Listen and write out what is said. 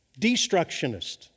destructionist